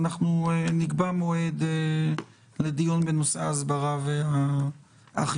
ואנחנו נקבע מועד לדיון בנושא הסברה ואכיפה.